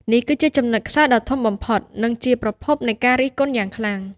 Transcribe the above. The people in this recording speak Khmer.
នេះគឺជាចំណុចខ្សោយដ៏ធំបំផុត និងជាប្រភពនៃការរិះគន់យ៉ាងខ្លាំង។